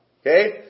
Okay